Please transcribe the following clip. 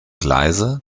gleise